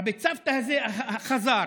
ה"בצוותא" הזה חזר